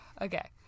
Okay